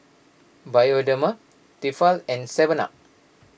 Bioderma Tefal and Seven Up